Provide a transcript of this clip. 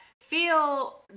feel